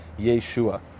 Yeshua